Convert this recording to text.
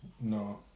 No